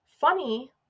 funny